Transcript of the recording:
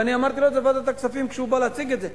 ואני אמרתי לו את זה בוועדת הכספים כשהוא בא להציג את זה.